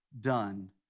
done